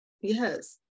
Yes